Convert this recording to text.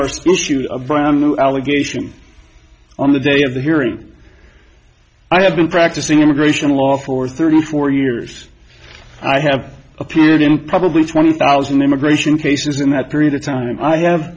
new allegation on the day of the hearing i have been practicing immigration law for thirty four years i have appeared in probably twenty thousand immigration cases in that period of time and i have